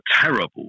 terrible